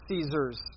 Caesars